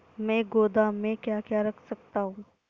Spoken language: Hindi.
मैं गोदाम में क्या क्या रख सकता हूँ?